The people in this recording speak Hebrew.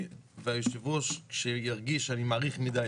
ויושב הראש כשירגיש שאני מאריך מידי,